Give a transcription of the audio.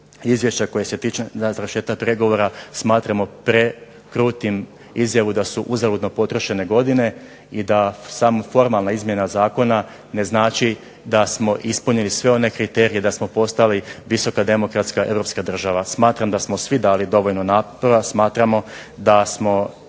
izvješća koje se tiče na završetak pregovora smatramo prekrutim izjavu da su uzaludno potrošene godine i da samo formalna izmjena zakona ne znači da smo ispunili sve one kriterije i da smo postali visoka demokratska europska država. Smatram da smo svi dali dovoljno napora, smatramo da smo